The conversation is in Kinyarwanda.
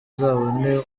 azabone